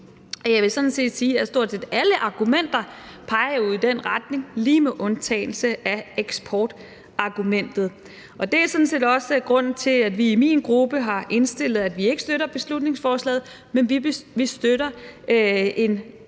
jeg vil sådan set sige, at stort set alle argumenter jo peger i den retning, lige med undtagelse af eksportargumentet. Og det er sådan set også grunden til, at vi i min gruppe har indstillet, at vi ikke støtter beslutningsforslaget, men at vi støtter et